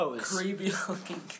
Creepy-looking